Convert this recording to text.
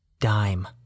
Dime